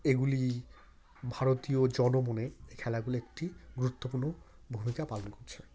এগুলি ভারতীয় জনমনে খেলাগুলো একটি গুরুত্বপূর্ণ ভূমিকা পালন করছে